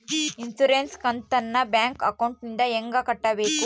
Insurance ಕಂತನ್ನ bank ಅಕೌಂಟಿಂದ ಹೆಂಗ ಕಟ್ಟಬೇಕು?